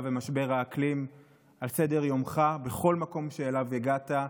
ומשבר האקלים על סדר יומך בכל מקום שאליו הגעת,